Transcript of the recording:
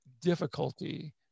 difficulty